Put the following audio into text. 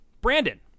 Brandon